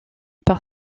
par